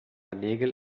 nägel